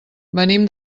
venim